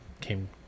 came